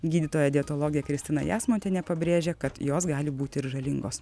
gydytoja dietologė kristina jasmontienė pabrėžia kad jos gali būti ir žalingos